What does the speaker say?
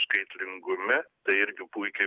skaitlingume tai irgi puikiai